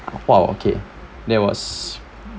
!wow! okay there was